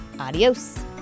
Adios